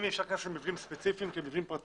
אם יש מקרה של מבנים ספציפיים כמבנים פרטיים